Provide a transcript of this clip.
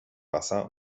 wasser